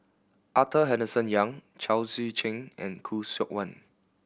Arthur Henderson Young Chao Tzee Cheng and Khoo Seok Wan